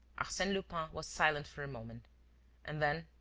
arsene lupin was silent for a moment and then,